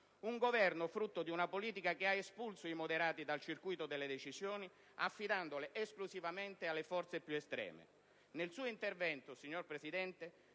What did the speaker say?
un Governo frutto di una politica che ha espulso i moderati dal circuito delle decisioni, affidandole esclusivamente alle forze più estreme. Nel suo intervento, signor Presidente,